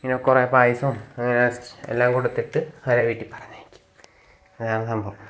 ഇങ്ങനെ കുറേ പായസം അങ്ങനെ എല്ലാം കൊടുത്തിട്ട് അവരെ വീട്ടിൽ പറഞ്ഞയയ്ക്കും അതാണ് സംഭവം